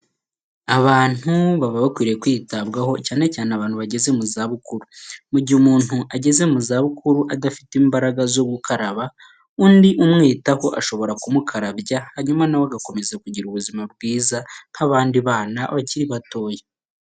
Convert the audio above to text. Abantu baba bakwiriye kwitabwaho cyane cyane abantu bageze mu zabukuru, mu gihe umuntu ageze mu zabukuru adafite imbaraga zo gukaraba, undi umwitaho ashobora kumukarabya hanyuma na we agakomeza kugira ubuzima bwiza nk'abandi bana bakiri batoya.